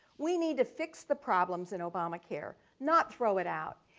we need to fix the problems in obamacare, not throw it out,